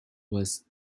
was